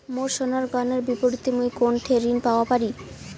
মোর সোনার গয়নার বিপরীতে মুই কোনঠে ঋণ পাওয়া পারি?